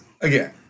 Again